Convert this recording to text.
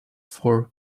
for